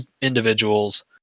individuals